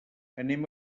anem